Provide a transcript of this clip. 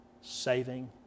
saving